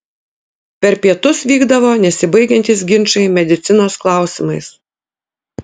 per pietus vykdavo nesibaigiantys ginčai medicinos klausimais